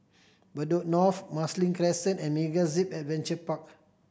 Bedok North Marsiling Crescent and MegaZip Adventure Park